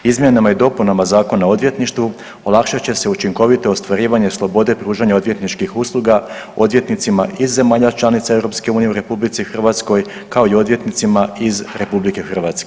Izmjenama i dopunama Zakona o odvjetništvu olakšat će se učinkovito ostvarivanje slobode pružanja odvjetničkih usluga odvjetnicima iz zemalja članica EU u RH kao i odvjetnicima iz RH.